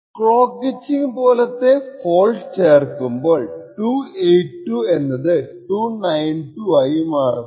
clock glitching പോലത്തെ fault ചേർക്കുമ്പോൾ 282 എന്നത് 292 ആയി മാറുന്നു